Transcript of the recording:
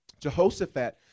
Jehoshaphat